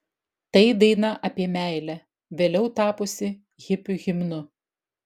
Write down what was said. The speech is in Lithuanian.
tai daina apie meilę vėliau tapusi hipių himnu